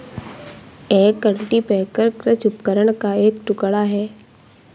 एक कल्टीपैकर कृषि उपकरण का एक टुकड़ा है